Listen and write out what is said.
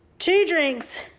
two drinks.